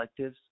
collectives